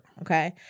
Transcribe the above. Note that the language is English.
Okay